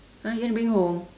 !huh! you want to bring home